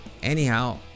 Anyhow